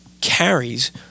carries